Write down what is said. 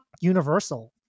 universal